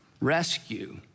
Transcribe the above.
rescue